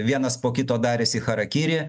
vienas po kito darėsi charakirį